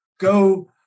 go